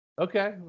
Okay